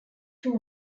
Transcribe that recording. two